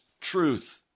truth